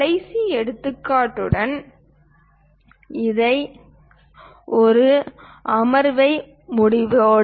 கடைசி எடுத்துக்காட்டுடன் இதை ஒரு அமர்வை மூடுவோம்